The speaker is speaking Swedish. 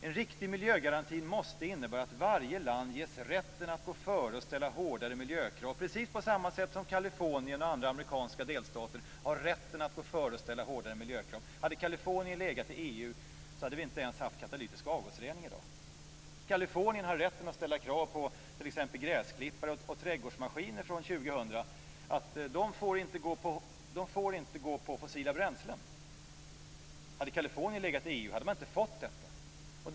En riktig miljögaranti måste innebära att varje land ges rätten att gå före och ställa hårdare miljökrav, precis på samma sätt som Kalifornien och andra amerikanska delstater har rätten att gå före och ställa hårdare miljökrav. Hade Kalifornien legat i EU, hade vi inte ens haft katalytisk avgasrening i dag. Kalifornien har rätt att ställa krav på att gräsklippare och trädgårdsmaskiner från år 2000 inte skall drivas med fossila bränslen. Hade Kalifornien legat i EU hade man inte fått igenom detta krav.